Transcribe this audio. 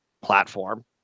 platform